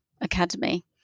academy